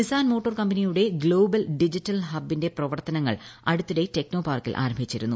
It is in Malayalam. നിസാൻ മോട്ടോർ കമ്പനിയുടെ ഗ്ലോബൽ ഡിജിറ്റൽ ഹബ്ബിന്റെ പ്രവർത്തനങ്ങൾ അടുത്തിടെ ടെക്നോപാർക്കിൽ ആരംഭിച്ചിരുന്നു